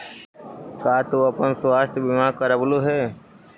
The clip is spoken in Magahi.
का तू अपन स्वास्थ्य बीमा करवलू हे?